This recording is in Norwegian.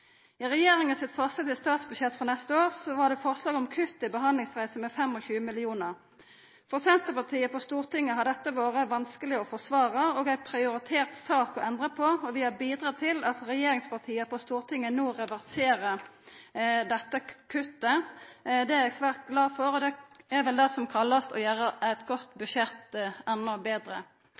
I regjeringa sitt forslag til statsbudsjett for neste år var det forslag om kutt i behandlingsreiser med 25 mill. kr. For Senterpartiet på Stortinget har dette vore vanskeleg å forsvara og ei prioritert sak å endra på, og vi har bidratt til at regjeringspartia på Stortinget no reverserer dette kuttet. Det er eg svært glad for, og det er vel det som blir kalla å gjera eit godt budsjett endå betre.